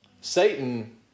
Satan